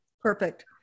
Perfect